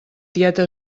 tieta